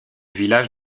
village